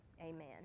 amen